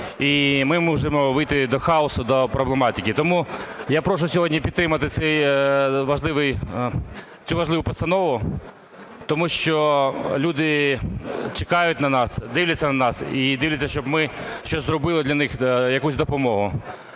і ми може вийти до хаосу, до проблематики. Тому я прошу сьогодні підтримати цю важливу постанову, тому що люди чекають на нас, дивляться на нас і дивляться, щоб ми щось зробили для них, якусь допомогу.